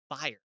fire